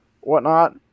whatnot